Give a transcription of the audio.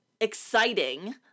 exciting